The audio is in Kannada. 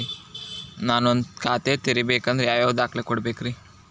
ನಾನ ಒಂದ್ ಖಾತೆ ತೆರಿಬೇಕಾದ್ರೆ ಯಾವ್ಯಾವ ದಾಖಲೆ ಕೊಡ್ಬೇಕ್ರಿ?